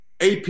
AP